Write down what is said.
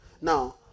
Now